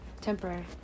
Temporary